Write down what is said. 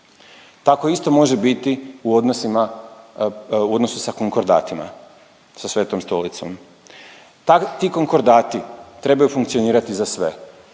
Tako isto može biti u odnosu na, u odnosu sa konkordatima sa Svetom Stolicom. Ti konkordati trebaju funkcionirati za sve,